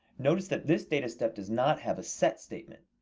notice that this data step does not have a set statement.